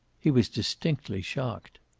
he was distinctly shocked.